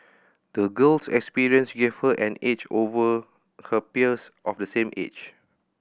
the girl's experience gave her an edge over her peers of the same age